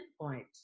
pinpoint